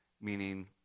Meaning